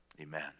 Amen